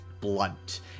blunt